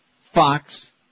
Fox